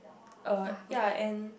uh ya and